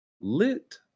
lit